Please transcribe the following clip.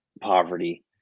poverty